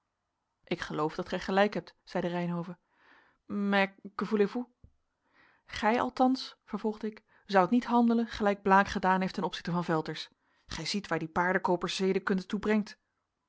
ik geloof dat gij gelijk hebt zeide reynhove mais que voulez vous gij althans vervolgde ik zoudt niet handelen gelijk blaek gedaan heeft ten opzichte van velters gij ziet waar die paardekoopers zedenkunde toe